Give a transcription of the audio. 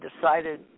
decided